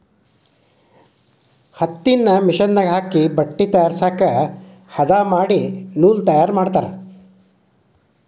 ಹತ್ತಿನ ಮಿಷನ್ ದಾಗ ಹಾಕಿ ಬಟ್ಟೆ ತಯಾರಸಾಕ ಹದಾ ಮಾಡಿ ನೂಲ ತಯಾರ ಮಾಡ್ತಾರ